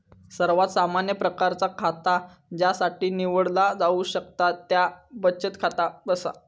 सर्वात सामान्य प्रकारचा खाता ज्यासाठी निवडला जाऊ शकता त्या बचत खाता असा